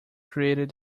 created